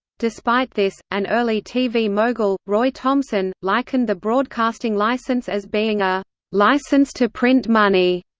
despite this, an early tv mogul, roy thomson, likened the broadcasting licence as being a licence to print money.